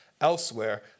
elsewhere